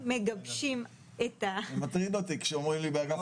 300 מיליון השקלים של השנה,